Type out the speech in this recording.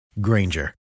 Granger